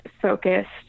focused